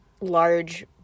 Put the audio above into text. large